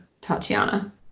Tatiana